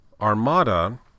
Armada